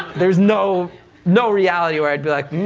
there's no no reality where i'd be like